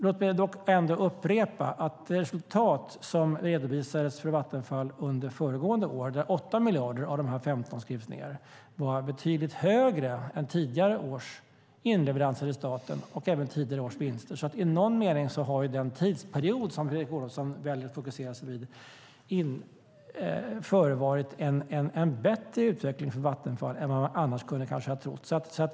Låt mig dock upprepa att det resultat för Vattenfall som redovisades under föregående år, och där 8 miljarder av dessa 15 skrivits ned, var betydligt högre än tidigare års inleveranser i staten och även tidigare års vinster. I någon mening har det alltså under den tidsperiod som Fredrik Olovsson väljer att fokusera på förevarit en bättre utveckling för Vattenfall än vad man annars kanske kunde ha trott.